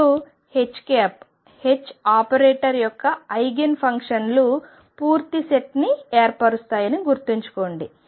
ఇప్పుడు H H ఆపరేటర్యొక్క eigen ఫంక్షన్లు పూర్తి సెట్ని ఏర్పరుస్తాయని గుర్తుంచుకోండి